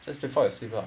just before you sleep lah